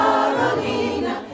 Carolina